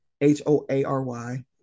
H-O-A-R-Y